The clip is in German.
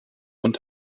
und